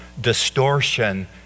distortion